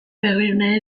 begirune